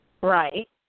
Right